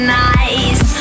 nice